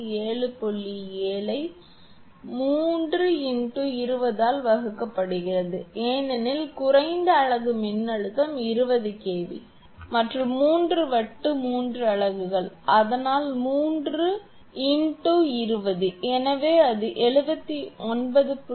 7 ஐ 3 இண்டு 20 ஆல் வகுக்கப்படுகிறது ஏனெனில் குறைந்த அலகு மின்னழுத்தம் 20 kV மற்றும் மூன்று வட்டு மூன்று அலகுகள் அதனால் 3 இண்டு 20 எனவே அது 79